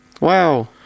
Wow